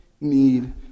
need